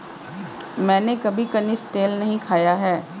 मैंने कभी कनिस्टेल नहीं खाया है